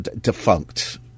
defunct